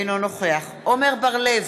אינו נוכח עמר בר-לב,